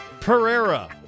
Pereira